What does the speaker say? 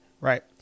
right